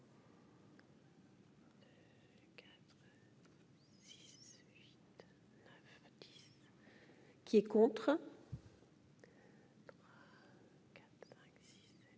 Qui est contre,